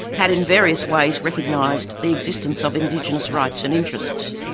had in various ways recognised the existence of indigenous rights and interests.